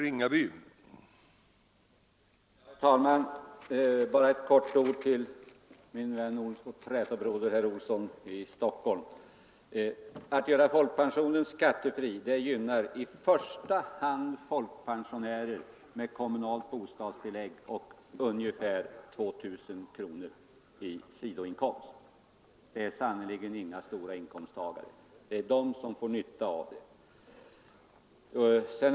Herr talman! Först helt kort några ord till min vän och trätobroder herr Olsson i Stockholm! Att göra folkpensionen skattefri gynnar i första hand folkpensionärer med kommunalt bostadstillägg och ungefär 2 000 kronor i sidoinkomst — det är sannerligen inga stora inkomsttagare! Det är de som får nytta av detta.